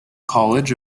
college